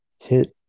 hit